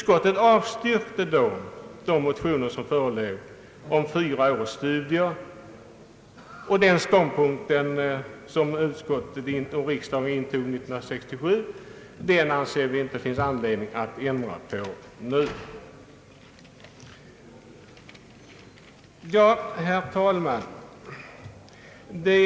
Utskottet avstyrkte då de föreliggande motionerna om fyra års studier. Vi anser inte att det finns anledning att nu ändra den ståndpunkt som utskottet och riksdag intog 1967. Herr talman!